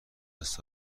دست